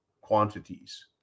quantities